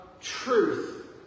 truth